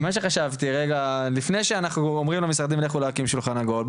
שחשבתי רגע לפני שאנחנו אומרים למשרדים לכו להקים שולחן עגול,